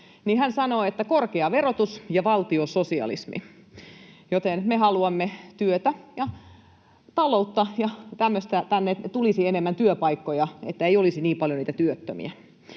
Hän sanoi, että korkea verotus ja valtiososialismi. Joten me haluamme työtä ja taloutta ja tämmöistä, että tänne tulisi enemmän työpaikkoja, niin että ei olisi niin paljon niitä työttömiä.